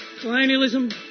colonialism